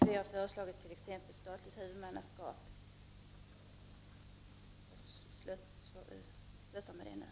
Vi har föreslagit statligt huvudmannaskap t.ex.